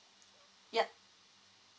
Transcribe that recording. yup